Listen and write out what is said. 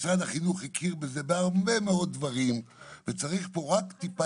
משרד החינוך הכיר בזה בהרבה מאוד דברים וצריך פה רק טיפה